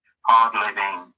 hard-living